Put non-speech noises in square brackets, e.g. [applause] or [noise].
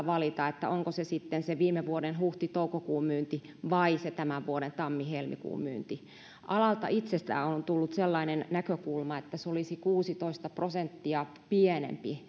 [unintelligible] valita onko se sitten viime vuoden huhti toukokuun myynti vai tämän vuoden tammi helmikuun myynti alalta itseltään on tullut sellainen näkökulma että se tammi helmikuun myynti olisi kuusitoista prosenttia pienempi